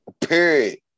Period